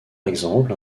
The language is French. exemple